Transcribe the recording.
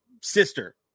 sister